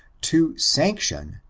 to sanction,